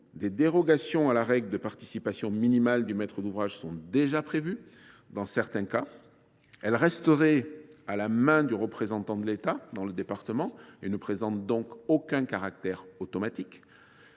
des dérogations à la règle de participation minimale du maître d’ouvrage sont déjà prévues dans certains cas. En outre, elle resterait à la main du représentant de l’État dans le département, et ne présenterait donc aucun caractère automatique.